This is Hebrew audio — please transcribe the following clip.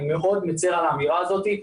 אני מאוד מצר על האמירה הזאת.